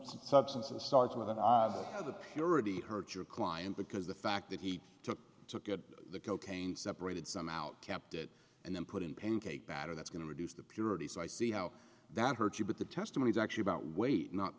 substance and start with the purity hurt your client because the fact that he took took at the cocaine separated some out kept it and then put in pancake batter that's going to reduce the purity so i see how that hurts you but the testimony is actually about weight not